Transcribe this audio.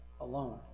alone